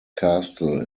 castle